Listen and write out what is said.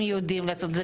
הם יודעים לעשות את זה,